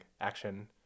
action